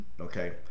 okay